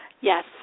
Yes